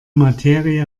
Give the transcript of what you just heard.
materie